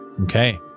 Okay